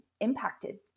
impacted